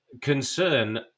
concern